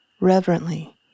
reverently